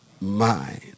mind